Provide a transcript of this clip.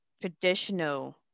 traditional